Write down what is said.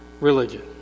religion